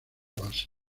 base